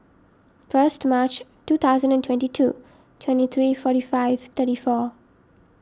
first March two thousand and twenty two twenty three forty five thirty four